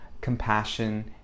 compassion